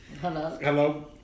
Hello